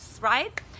right